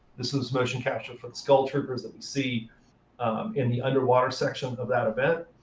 this was motion capture for the skull troopers that we see in the underwater section of that event.